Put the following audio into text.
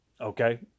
okay